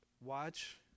watch